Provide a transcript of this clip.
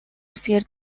үсгээр